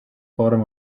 bottom